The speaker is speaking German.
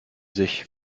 sich